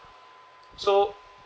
so